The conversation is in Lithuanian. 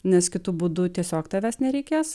nes kitu būdu tiesiog tavęs nereikės